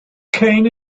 kane